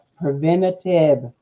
preventative